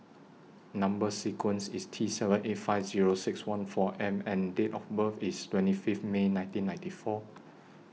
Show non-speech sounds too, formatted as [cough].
Number sequence IS T seven eight five [noise] Zero six one four M and Date of birth IS twenty Fifth May nineteen ninety four